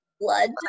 Blood